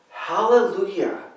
Hallelujah